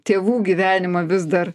tėvų gyvenimą vis dar